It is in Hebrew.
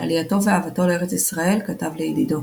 על עלייתו ואהבתו לארץ ישראל, כתב לידידו